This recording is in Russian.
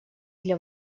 для